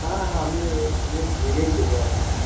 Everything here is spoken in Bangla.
হ্যাঁ হ্যাঁ আমি এই ইয়ে ভেঙেই দেবো আপনাকে